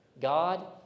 God